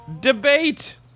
debate